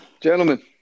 Gentlemen